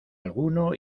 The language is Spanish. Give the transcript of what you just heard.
alguno